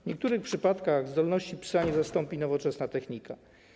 W niektórych przypadkach zdolności psa nie zastąpi nowoczesna technika.